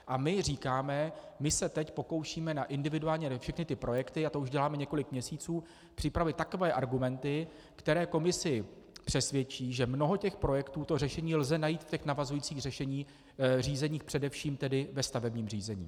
A my říkáme: My se teď pokoušíme na individuálně ty projekty, a to už děláme několik měsíců, připravit takové argumenty, které Komisi přesvědčí, že mnoho těch projektů to řešení lze najít v těch navazujících řízeních, především tedy ve stavebním řízení.